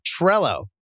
Trello